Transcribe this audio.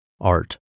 Art